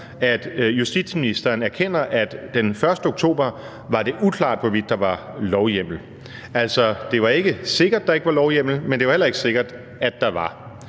at justitsministeren erkender, at den 1. oktober var det uklart, hvorvidt der var lovhjemmel. Altså, det var ikke sikkert, at der ikke var lovhjemmel, men det var heller ikke sikkert, at der var